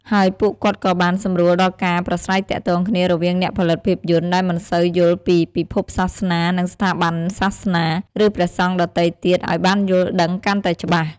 ហើយពួកគាត់ក៏បាន សម្រួលដល់ការប្រាស្រ័យទាក់ទងគ្នា រវាងអ្នកផលិតភាពយន្តដែលមិនសូវយល់ពីពិភពសាសនា និង ស្ថាប័នសាសនា ឬព្រះសង្ឃដទៃទៀតអោយបានយល់ដឹងកាន់តែច្បាស់។